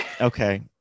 Okay